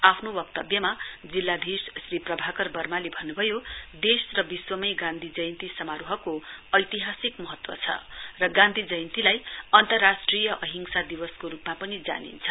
आफ्नो वक्तव्यमा जिल्लाधीश श्री प्रभाकर वर्माले भन्न्भयो देश र विश्वमै गान्धी जयन्ती समारोहको ऐतिहासिक महत्व छ र गान्धी जयन्तीलाई अन्तर्राष्ट्रिय अहिंसा दिवसको रूपमा पनि जानिन्छ